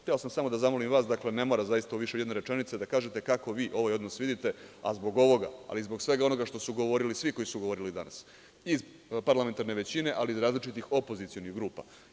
Hteo sam samo da zamolim vas, dakle ne mora zaista od jedne rečenice da kažete kako vi ovaj odnos vidite, a zbog ovoga, ali zbog svega onoga što su govorili svi koji su govorili danas, i iz parlamentarne većine, ali iz različitih opozicionih grupa.